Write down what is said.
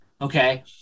Okay